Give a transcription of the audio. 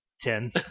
ten